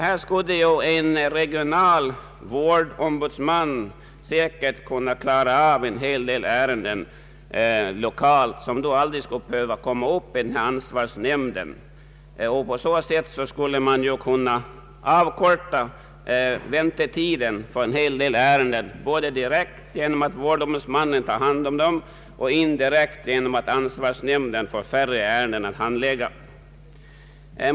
Här skulle en regionalt anställd vårdombudsman säkert kunna klara av en hel del ärenden lokalt, vilka alltså aldrig skulle behöva tas upp i denna ansvarsnämnd. På så sätt skulle väntetiden för en hel del ärenden kunna avkortas, både direkt genom att vårdombudsmannen tar hand om dem och indirekt genom att ansvarsnämnden får färre ärenden att handlägga.